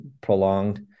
prolonged